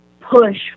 Push